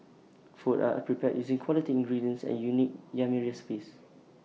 food are prepared using quality ingredients and unique yummy recipes